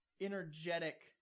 energetic